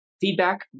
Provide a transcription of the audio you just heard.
feedback